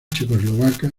checoslovaca